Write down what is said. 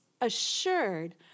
assured